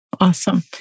Awesome